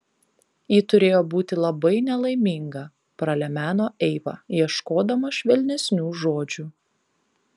ji turėjo būti labai nelaiminga pralemeno eiva ieškodama švelnesnių žodžių